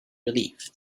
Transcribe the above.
relieved